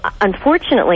unfortunately